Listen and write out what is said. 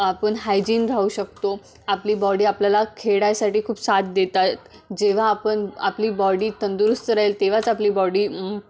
आपण हायजीन राहू शकतो आपली बॉडी आपल्याला खेळायसाठी खूप साथ देतात जेव्हा आपण आपली बॉडी तंदुरुस्त राहील तेव्हाच आपली बॉडी